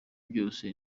byose